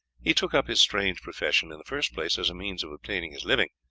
he took up his strange profession in the first place as a means of obtaining his living,